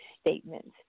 statements